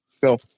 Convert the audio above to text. go